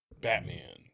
Batman